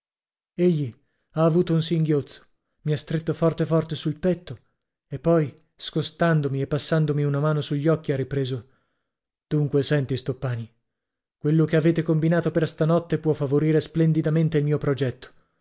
ha avuto un singhiozzo mi ha stretto forte forte sul petto e poi scostandomi e passandomi una mano sugli occhi ha ripreso dunque senti stoppani quello che avete combinato per stanotte può favorire splendidamente il mio progetto